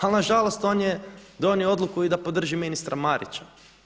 Ali na žalost on je donio odluku i da podrži ministra Marića.